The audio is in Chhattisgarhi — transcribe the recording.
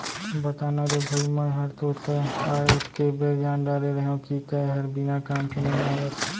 बता ना रे भई मैं हर तो तैं आय ओतके बेर जान डारे रहेव कि तैं हर बिना काम के नइ आवस